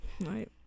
Right